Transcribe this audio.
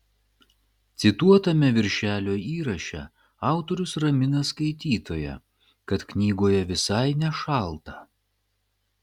cituotame viršelio įraše autorius ramina skaitytoją kad knygoje visai nešalta